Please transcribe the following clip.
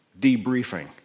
debriefing